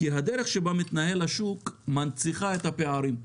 כי הדרך שבה מתנהל השוק מנציחה את הפערים.